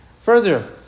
Further